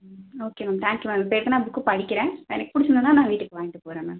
ம் okay ma'am thank you ma'am இப்போ எதனா புக்கு படிக்கிறேன் எனக்கு பிடிச்சிருந்துதுன்னா நான் வீட்டுக்கு வாங்கிட்டு போகிறேன் மேம்